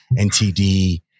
NTD